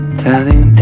telling